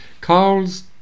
Carl's